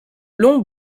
long